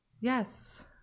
Yes